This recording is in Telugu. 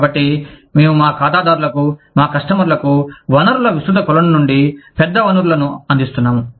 కాబట్టి మేము మా ఖాతాదారులకు మా కస్టమర్లకు వనరుల విస్తృత కొలను నుండి పెద్ద వనరులను అందిస్తున్నాము